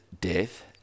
death